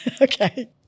Okay